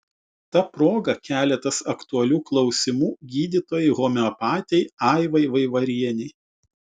ta proga keletas aktualių klausimų gydytojai homeopatei aivai vaivarienei